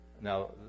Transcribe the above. Now